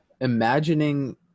Imagining